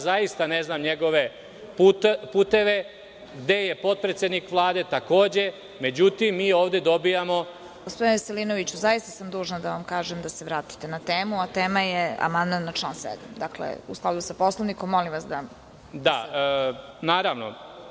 Zaista ne znam njegove puteve, gde je potpredsednik Vlade, takođe, međutim mi ovde dobijamo… (Predsedavajuća: Gospodine Veselinoviću, zaista sam dužna da vam kažem da se vratite na temu, a tema je amandman na član 7. Dakle, u skladu sa Poslovnikom, molim vas.) Da, naravno.